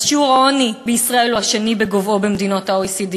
אז שיעור העוני בישראל הוא השני בגובהו במדינות ה-OECD,